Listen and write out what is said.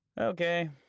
Okay